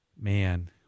Man